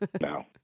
No